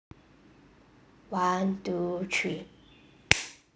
one two three